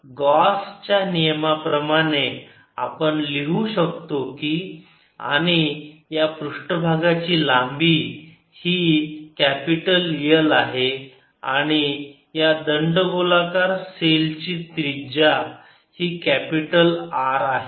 तर गॉस च्या नियमाप्रमाणे आपण लिहू शकतो की आणि या पृष्ठभागाची लांबी ही कॅपिटल L आहे आणि या दंडगोलाकार सेलची त्रिज्या ही कॅपिटल R आहे